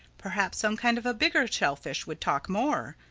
perhaps some kind of a bigger shellfish would talk more,